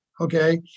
okay